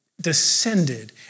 descended